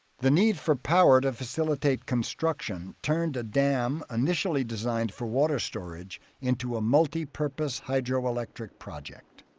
the need for power to facilitate construction turned a dam initially designed for water storage into a multi-purpose hydro-electric project.